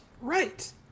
right